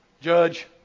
judge